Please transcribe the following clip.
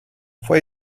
fue